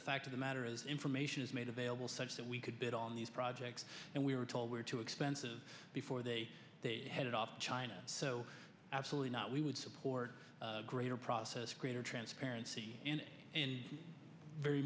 the fact of the matter is information is made available such that we could bid on these projects and we were told were too expensive before they headed off to china so absolutely not we would support greater process greater transparency and